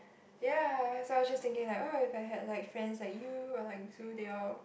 ya so I just thinking like oh if I had like friends like you or like Zu they all